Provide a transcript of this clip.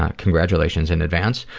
ah congratulations in advance.